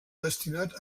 destinat